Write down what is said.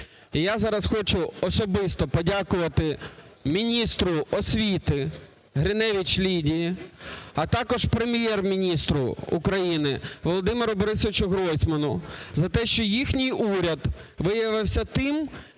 я зараз хочу особисто подякувати міністру освіти Гриневич Лілії, а також Прем'єр-міністру України Володимиру БорисовичуГройсману за те, що їхній уряд виявився тим,